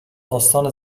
استان